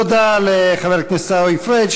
תודה לחבר הכנסת עיסאווי פריג'.